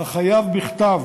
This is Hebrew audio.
החייב בכתב,